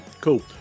Cool